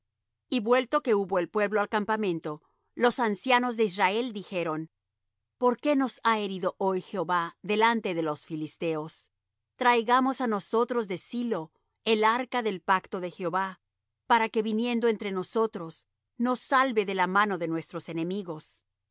y vuelto que hubo el pueblo al campamento los ancianos de israel dijeron por qué nos ha herido hoy jehová delante de los filisteos traigamos á nosotros de silo el arca del pacto de jehová para que viniendo entre nosotros nos salve de la mano de nuestros enemigos